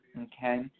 Okay